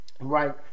Right